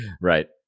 Right